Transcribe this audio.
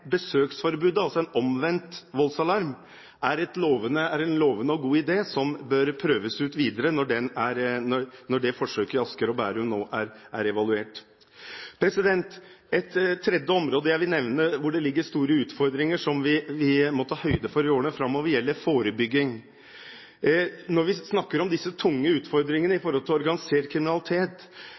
altså en omvendt voldsalarm, er en lovende og god idé, som bør prøves ut videre når det forsøket i Asker og Bærum nå er evaluert. Et tredje område jeg vil nevne, hvor det ligger store utfordringer som vi må ta høyde for i årene framover, gjelder forebygging. Når vi snakker om disse tunge utfordringene i forhold til organisert kriminalitet,